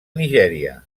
nigèria